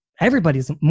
Everybody's